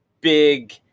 big